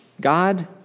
God